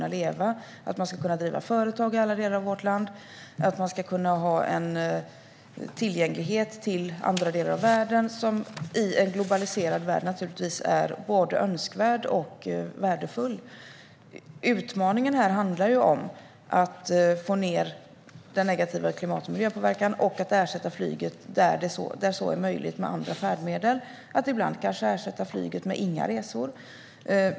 Det är en förutsättning för att man ska kunna driva företag i alla delar av vårt land och att man ska kunna ha en tillgänglighet till andra delar av världen som i en globaliserad värld naturligtvis är både önskvärd och värdefull. Utmaningen här handlar om att få ned den negativa klimat och miljöpåverkan och att ersätta flyget där så är möjligt med andra färdmedel. Ibland kanske man kan ersätta flyget med inga resor.